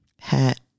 hat